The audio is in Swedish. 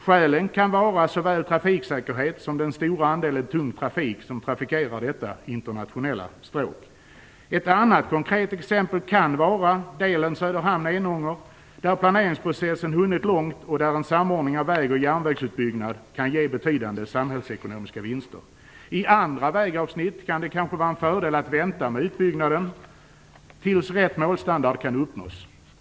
Skälen kan vara såväl trafiksäkerhet som den stora andelen tung trafik som trafikerar detta internationella stråk. Ett annat konkret exempel kan vara delen Söderhamn-Enånger där planeringsprocessen hunnit långt och där en samordning av väg och järnvägsutbyggnad kan ge betydande samhällsekonomiska vinster. På andra vägavsnitt kan det kanske vara en fördel att vänta med utbyggnaden tills rätt målstandard kan uppnås.